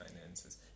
finances